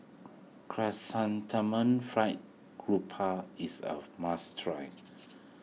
Chrysanthemum Fried Grouper is a must try